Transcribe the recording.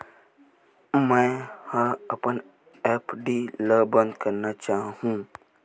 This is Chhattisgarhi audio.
मेंहा अपन एफ.डी ला बंद करना चाहहु